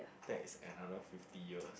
that is another fifty years